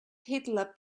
hitler